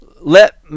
let